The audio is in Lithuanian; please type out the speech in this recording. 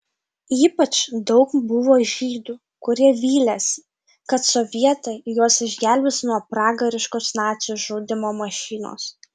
ypač daug buvo žydų kurie vylėsi kad sovietai juos išgelbės nuo pragariškos nacių žudymo mašinos